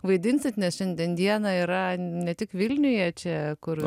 vaidinsite nes šiandien dieną yra ne tik vilniuje čia kur